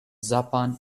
japan